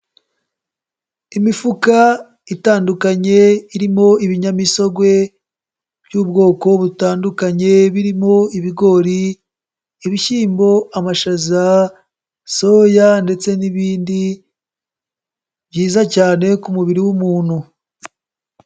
Imifuka itandukanye irimo ibinyamisogwe by'ubwoko butandukanye birimo ibigori, ibishyimbo, amashaza, soya ndetse n'ibindi byiza cyane ku mubiri w'umuntu.